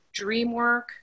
DreamWork